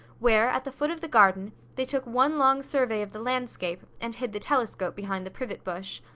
where, at the foot of the garden, they took one long survey of the landscape and hid the telescope behind the privet bush.